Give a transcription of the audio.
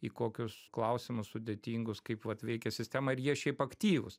į kokius klausimus sudėtingus kaip kad veikia sistema ir jie šiaip aktyvūs